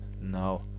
No